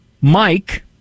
Mike